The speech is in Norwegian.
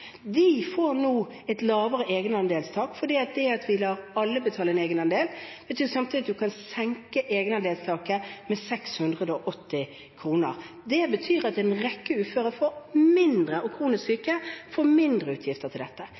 får man nå et lavere egenandelstak. Det at vi lar alle betale en egenandel, betyr samtidig at vi kan senke egenandelstaket med 680 kr. Det betyr at en rekke uføre og kronisk syke får mindre utgifter til dette.